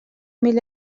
mil